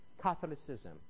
Catholicism